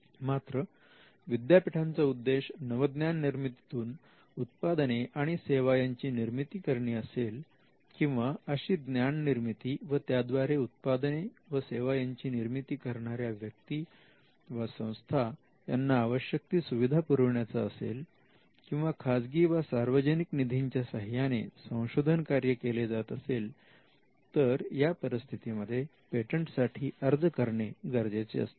मात्र विद्यापीठांचा उद्देश नवज्ञान निर्मितीतून उत्पादने आणि सेवा यांची निर्मिती करणे असेल किंवा अशी ज्ञाननिर्मिती व त्या त्याद्वारे उत्पादने व सेवा यांची निर्मिती करणाऱ्या व्यक्ती वा संस्था यांना आवश्यक ती सुविधा पुरविण्याचा असेल किंवा खाजगी व सार्वजनिक निधींच्या साह्याने संशोधन कार्य केले जात असेल तर या परिस्थितीमध्ये पेटंटसाठी अर्ज करणे गरजेचे असते